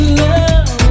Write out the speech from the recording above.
love